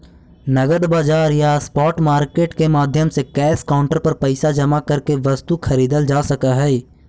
नगद बाजार या स्पॉट मार्केट के माध्यम से कैश काउंटर पर पैसा जमा करके वस्तु खरीदल जा सकऽ हइ